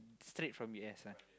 straight from U_S one